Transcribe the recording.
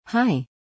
Hi